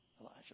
Elijah